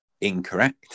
Incorrect